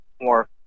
more